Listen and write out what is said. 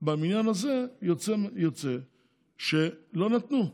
בעניין הזה יוצא שלא נתנו.